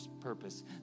purpose